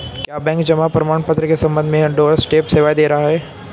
क्या बैंक जमा प्रमाण पत्र के संबंध में डोरस्टेप सेवाएं दे रहा है?